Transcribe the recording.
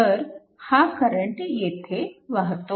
तर हा करंट येथे वाहतो